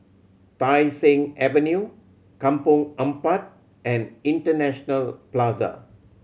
Tai Seng Avenue Kampong Ampat and International Plaza